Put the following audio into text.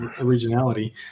originality